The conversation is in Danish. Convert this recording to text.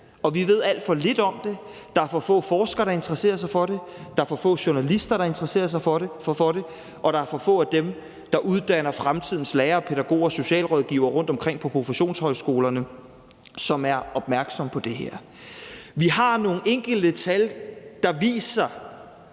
og vi ved alt for lidt om det. Der er for få forskere, der interesserer sig for det; der er for få journalister, der interesserer sig for det; og der er for få af dem, der uddanner fremtidens lærere, pædagoger og socialrådgivere rundtomkring på professionshøjskolerne, som er opmærksomme på det. Vi har nogle enkelte tal, der viser,